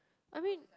I mean